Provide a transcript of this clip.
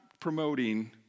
promoting